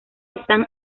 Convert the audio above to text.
están